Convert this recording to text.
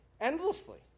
endlessly